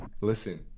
Listen